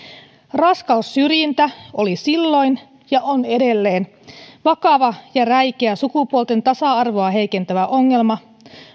raskaussyrjintä oli silloin ja on edelleen vakava ja räikeä sukupuolten tasa arvoa heikentävä ongelma